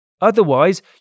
Otherwise